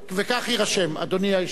כך יירשם, אדוני היושב-ראש.